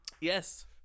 Yes